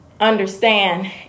understand